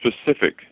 specific